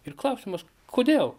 ir klausimas kodėl